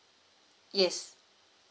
yes